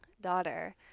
daughter